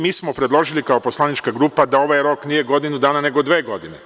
Mi smo predložili kao poslanička grupa da ovaj rok nije godinu dana, nego dve godine.